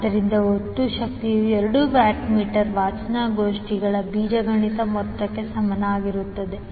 ಆದ್ದರಿಂದ ಒಟ್ಟು ಶಕ್ತಿಯು ಎರಡು ವ್ಯಾಟ್ ಮೀಟರ್ ವಾಚನಗೋಷ್ಠಿಗಳ ಬೀಜಗಣಿತ ಮೊತ್ತಕ್ಕೆ ಸಮಾನವಾಗಿರುತ್ತದೆ